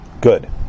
Good